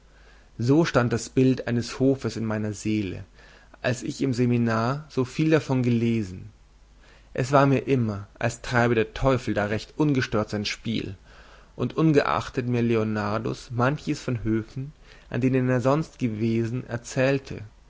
so stand das bild eines hofes in meiner seele als ich im seminar so viel davon gelesen es war mir immer als treibe der teufel da recht ungestört sein spiel und unerachtet mir leonardus manches von höfen an denen er sonst gewesen erzählte